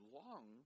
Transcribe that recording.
long